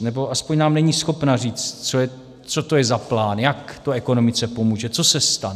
Nebo aspoň nám není schopna říct, co to je za plán, jak to ekonomice pomůže, co se stane.